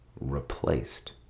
replaced